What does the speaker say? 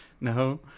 No